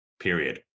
period